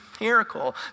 miracle